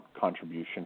contribution